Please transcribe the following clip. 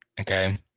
Okay